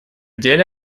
деле